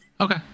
Okay